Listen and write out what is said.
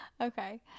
Okay